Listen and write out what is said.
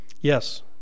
Yes